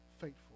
faithful